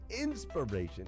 inspiration